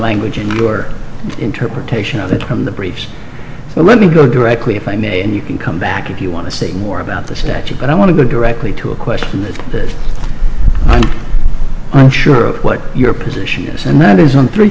language and your interpretation of the term the briefs so let me go directly if i may and you can come back if you want to see more about the statute but i want to go directly to a question that is i'm sure what your position is and that is on three